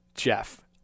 Jeff